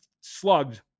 slugged